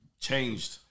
changed